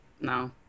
no